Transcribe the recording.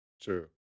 true